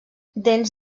dents